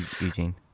Eugene